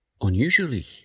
unusually